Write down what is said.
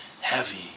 heavy